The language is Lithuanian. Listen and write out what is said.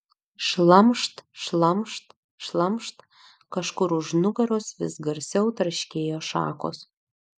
šlamšt šlamšt šlamšt kažkur už nugaros vis garsiau traškėjo šakos